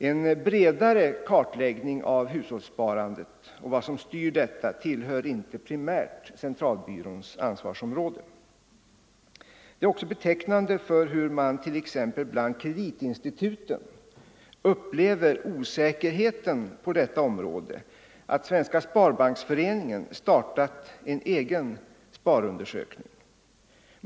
En bredare kartläggning av hushållssparandet och vad som styr detta tillhör inte primärt centralbyråns ansvarsområde. Det är också betecknande för hur man t.ex. bland kreditinstituten upplever osäkerheten på detta område att Svenska sparbanksföreningen startat en egen sparundersökning.